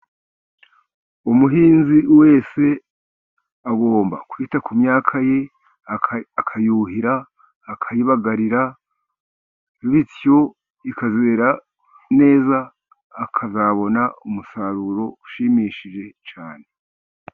Umuhinzi wese agomba kwita ku myaka ye ,akayuhira akayibagarira bityo ikazera neza ,akazabona umusaruro ushimishije cyane.